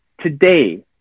today